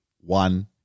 one